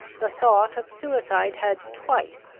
the thought of suicide had twice,